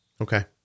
Okay